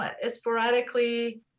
sporadically